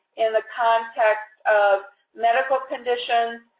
in the context of medical conditions,